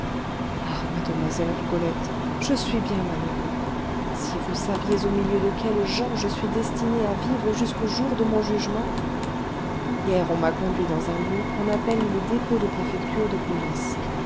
ah mademoiselle rigolette je suis bien malheureux si vous saviez au milieu de quelles gens je suis destiné à vivre jusqu'au jour de mon jugement hier on m'a conduit dans un lieu qu'on appelle le dépôt de préfecture de police